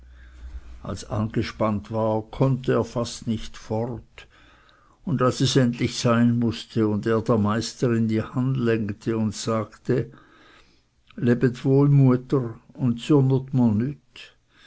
als angespannt war konnte er fast nicht fort und als es endlich sein mußte und er der meisterin die hand längte und sagte lebet wohl mutter und